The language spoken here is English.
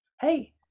hey